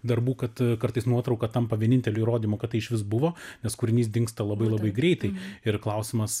darbų kad kartais nuotrauka tampa vieninteliu įrodymu kad tai išvis buvo nes kūrinys dingsta labai labai greitai ir klausimas